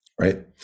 Right